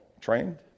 trained